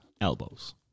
elbows